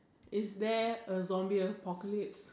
is there a zombie apocalypse